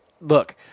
look